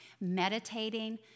meditating